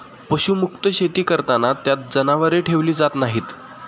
पशुमुक्त शेती करताना त्यात जनावरे ठेवली जात नाहीत